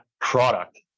product